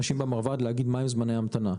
האנשים במרב"ד להגיד מה היו זמני ההמתנה.